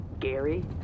Gary